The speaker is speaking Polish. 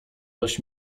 dość